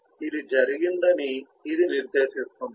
ఇది జరిగిందని ఇది నిర్దేశిస్తుంది